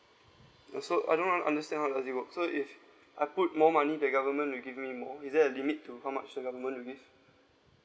uh so I don't understand how does this works so if I put more money the government will give me more is there a limit to how much the government release